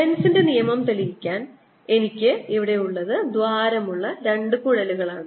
ലെൻസിന്റെ നിയമം തെളിയിക്കാൻ എനിക്ക് ഇവിടെ ഉള്ളത് ദ്വാരമുള്ള രണ്ട് കുഴലുകളാണ്